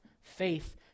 faith